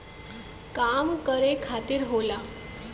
काम करे खातिर होला